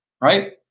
right